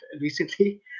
recently